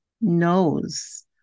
knows